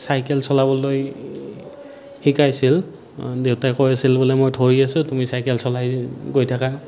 cycle চলাবলৈ শিকাইছিল দেউতাই কৈ আছিল বোলে মই ধৰি আছোঁ তুমি চাইকেল চলাই গৈ থাকা